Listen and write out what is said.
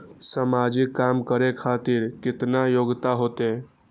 समाजिक काम करें खातिर केतना योग्यता होते?